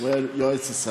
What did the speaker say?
כן, הוא היה יועץ שר.